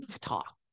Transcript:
talk